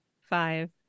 five